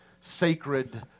sacred